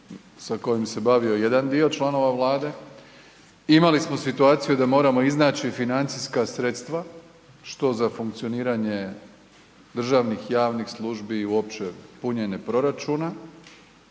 sa kojim se bavio jedan dio članova Vlade, imali smo situaciju da moramo iznaći financijska sredstva što za funkcioniranje državnih javnih službi i uopće punjenje proračuna,